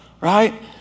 right